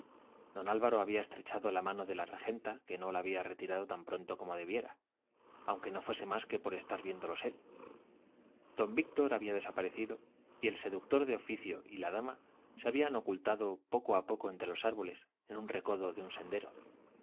don álvaro había estrechado la mano de la regenta que no la había retirado tan pronto como debiera aunque no fuese más que por estar viéndolos él don víctor había desaparecido y el seductor de oficio y la dama se habían ocultado poco a poco entre los árboles en un recodo de un sendero